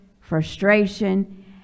frustration